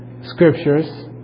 scriptures